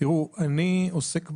תראו, אני עוסק בנושא,